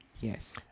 yes